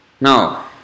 Now